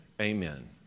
amen